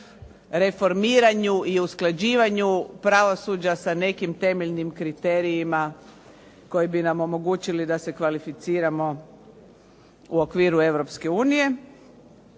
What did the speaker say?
reformiranju i usklađivanju pravosuđa sa nekim temeljnim kriterijima koji bi nam omogućili da se kvalificirano u okviru